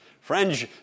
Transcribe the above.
Friends